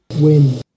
Win